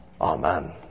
Amen